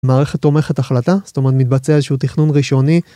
מערכת תומכת החלטה, זאת אומרת, מתבצע איזה שהוא תכנון ראשוני.